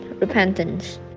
repentance